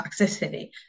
toxicity